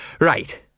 Right